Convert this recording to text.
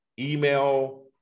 email